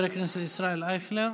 תודה, חבר הכנסת ישראל אייכלר.